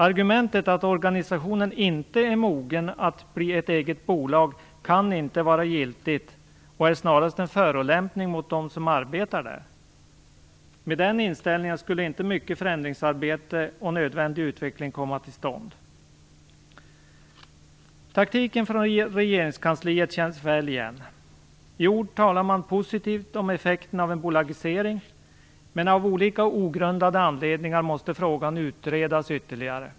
Argumentet att organisationen inte är mogen att bli ett eget bolag kan inte vara giltigt och är snarast en förolämpning mot dem som arbetar där. Med den inställningen skulle inte mycket förändringsarbete och nödvändig utveckling komma till stånd. Taktiken från regeringskansliet känns väl igen. I ord talar man positivt om effekten av en bolagisering, men av olika ogrundade anledningar måste frågan utredas ytterligare.